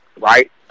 right